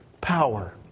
power